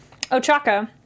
Ochaka